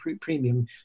premium